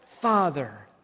Father